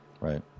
Right